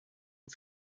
und